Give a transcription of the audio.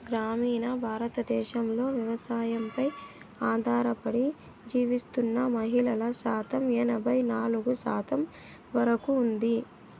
గ్రామీణ భారతదేశంలో వ్యవసాయంపై ఆధారపడి జీవిస్తున్న మహిళల శాతం ఎనబై నాలుగు శాతం వరకు ఉంది